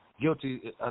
guilty